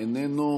איננו,